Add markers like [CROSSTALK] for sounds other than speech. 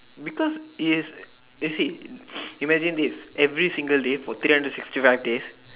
because it's you see [NOISE] imagine this every single day for three hundred sixty five days